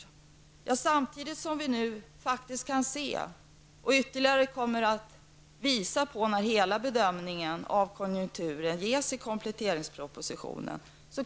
Vi kan faktiskt se en vändpunkt i våra kostnader, och det kommer att ytterligare visa sig när hela bedömningen av konjunkturen ges i kompletteringspropositionen.